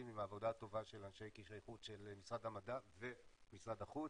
עם העבודה הטובה של אנשי קשרי חוץ של משרד המדע ומשרד החוץ.